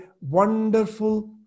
wonderful